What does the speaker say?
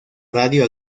radio